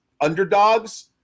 underdogs